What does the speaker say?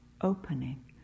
opening